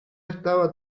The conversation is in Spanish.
estaba